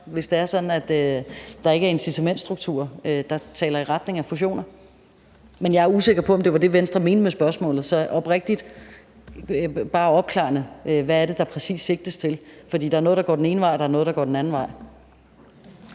hvis det er sådan, at der ikke er incitamentsstrukturer, der taler i retning af fusioner. Men jeg er usikker på, om det var det, Venstre mente med spørgsmålet, så oprigtigt vil jeg bare spørge opklarende: Hvad er det præcis, der sigtes til? For der er noget, der går den ene vej, og noget, der går den anden vej.